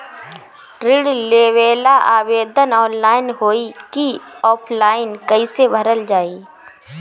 ऋण लेवेला आवेदन ऑनलाइन होई की ऑफलाइन कइसे भरल जाई?